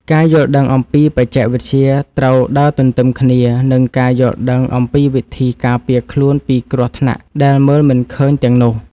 ការយល់ដឹងអំពីបច្ចេកវិទ្យាត្រូវដើរទន្ទឹមគ្នានឹងការយល់ដឹងអំពីវិធីការពារខ្លួនពីគ្រោះថ្នាក់ដែលមើលមិនឃើញទាំងនោះ។